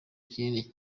kinini